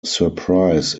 surprise